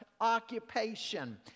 occupation